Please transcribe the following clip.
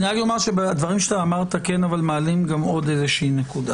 אני רק אומר שהדברים שאמרת כן מעלים עוד איזושהי נקודה.